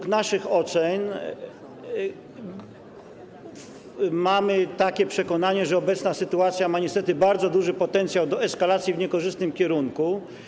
Z naszych ocen wynika i mamy takie przekonanie, że obecna sytuacja ma niestety bardzo duży potencjał do eskalacji w niekorzystnym kierunku.